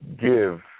give